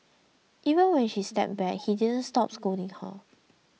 even when she stepped back he didn't stop scolding her